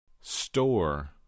Store